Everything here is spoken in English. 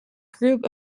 group